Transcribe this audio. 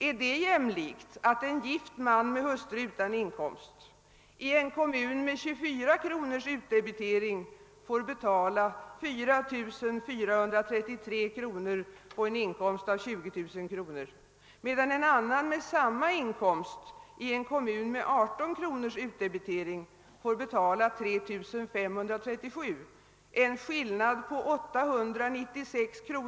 Är det jämlikt att en gift man med hustru utan inkomst i en kommun med 24 kronors utdebitering får betala 4 433 kr. på en inkomst av 20 000 kr., medan en annan med samma in komst i en kommun med 18 kronors utdebitering får betala 3537 kr. — en skillnad på 896 kr.